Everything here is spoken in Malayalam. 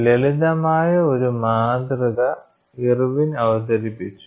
ലളിതമായ ഒരു മാതൃക ഇർവിൻ അവതരിപ്പിച്ചു